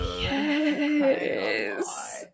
yes